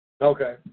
Okay